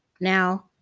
Now